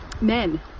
men